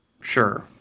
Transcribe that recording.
sure